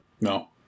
No